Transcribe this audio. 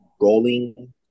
rolling